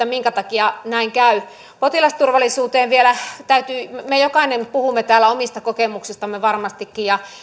minkä takia näin käy potilasturvallisuuteen vielä täytyy todeta me jokainen puhumme täällä omista kokemuksistamme varmastikin ja